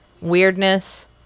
weirdness